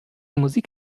musik